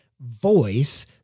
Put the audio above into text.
voice